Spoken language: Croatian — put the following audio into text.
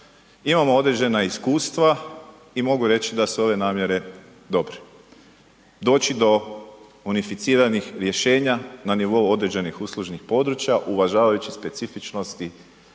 imamo određena iskustva i mogu reći da su ove namjere dobre. Doći do unificiranih rješenja na nivou određenih uslužnih područja uvažavajući specifičnosti